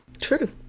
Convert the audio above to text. True